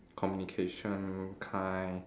communication kind